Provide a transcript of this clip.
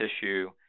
tissue